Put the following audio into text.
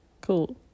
cool